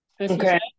Okay